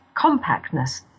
compactness